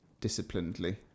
Disciplinedly